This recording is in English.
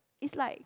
is like